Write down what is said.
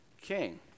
king